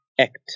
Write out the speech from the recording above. act